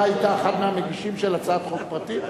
אתה היית אחד המגישים של הצעת חוק פרטית?